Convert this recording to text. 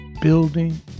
building